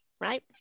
right